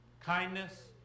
kindness